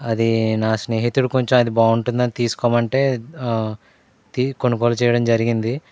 అది నా స్నేహితుడు కొంచెం అది బాగుంటుందని తీస్కోమంటే తి కొనుగోలు చేయడం జరిగింది